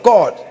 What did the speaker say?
God